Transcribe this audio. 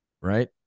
Right